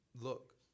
Look